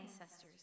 ancestors